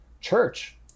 church